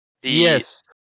Yes